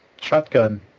shotgun